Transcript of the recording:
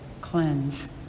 cleanse